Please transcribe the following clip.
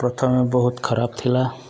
ପ୍ରଥମେ ବହୁତ ଖରାପ ଥିଲା